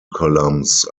columns